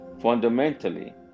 fundamentally